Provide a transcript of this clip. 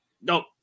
Nope